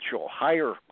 higher